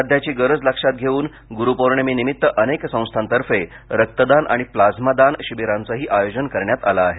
सध्याची गरज लक्षात घेऊन गुरूपौर्णिमेनिमित्त अनेक संस्थांतर्फे रक्तदान आणि प्लाझ्मा दान शिबिरांचंही आयोजन करण्यात आलं आहे